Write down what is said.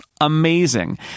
amazing